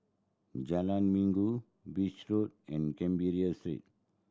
Jalan Minggu Beach Road and Canberra Street